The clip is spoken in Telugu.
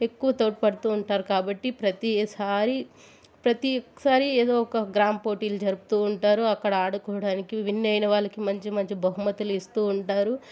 ఎక్కువ తోడ్పడుతు ఉంటారు కాబట్టి ప్రతిసారి ప్రతి ఒక్క సారి ఏదో ఒక గ్రామ పోటీలు జరుపుతు ఉంటారు అక్కడ ఆడుకోవడానికి విన్ అయిన వాళ్ళకి మంచి మంచి బహుమతులు ఇస్తు ఉంటారు